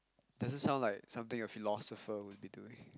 doesn't sound like something a philosopher would be doing